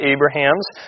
Abraham's